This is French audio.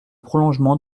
prolongement